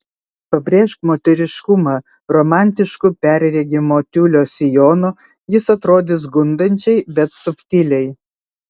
pabrėžk moteriškumą romantišku perregimo tiulio sijonu jis atrodys gundančiai bet subtiliai